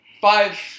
five